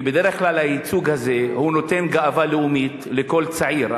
כי בדרך כלל הייצוג הזה נותן גאווה לאומית לכל צעיר.